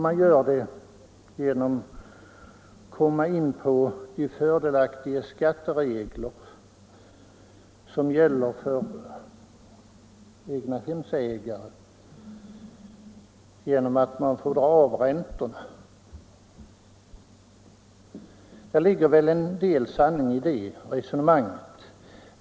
Man gör det genom att gå in på de fördelaktiga skatteregler som gäller för egnahemsägare vilka ju får dra av räntorna i deklarationen. Det ligger väl en del sanning i det resonemanget.